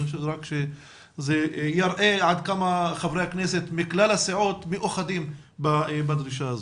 זה יַראה עד כמה חברי הכנסת מכלל הסיעות מאוחדים בדרישה הזו.